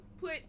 put